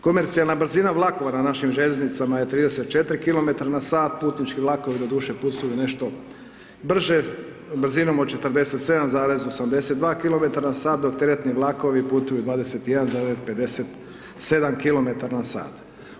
Komercijalna brzina vlakova na našim željeznicama je 34 km na sat, putnički vlakovi doduše putuju nešto brže, brzinom od 47,82km dok teretni vlakovi putuju 21,57km na sat.